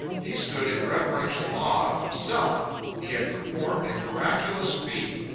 he stood in reverential awe of himself he had performed a miraculous feat.